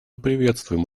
приветствуем